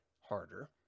harder